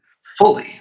fully